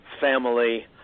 family